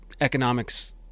economics